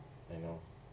I know